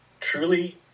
Truly